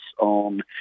on